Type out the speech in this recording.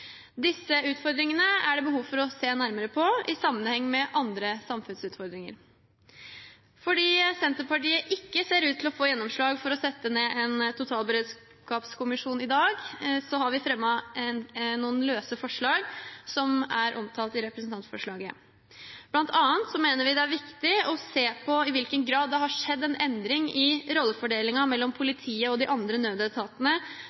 Disse utfordringene er det behov for å se nærmere på i sammenheng med andre samfunnsutfordringer. Fordi Senterpartiet ikke ser ut til å få gjennomslag for å sette ned en totalberedskapskommisjon i dag, har vi fremmet noen såkalte løse forslag som er omtalt i representantforslaget. Blant annet mener vi det er viktig å se på i hvilken grad det har skjedd en endring i rollefordelingen mellom politiet og de andre nødetatene